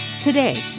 Today